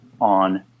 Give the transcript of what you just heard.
on